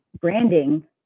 branding